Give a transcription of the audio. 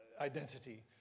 identity